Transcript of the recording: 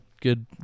Good